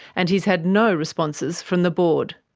and he's had no responses from the board.